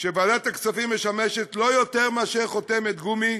כשוועדת הכספים משמשת לא יותר מאשר חותמת גומי,